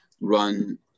run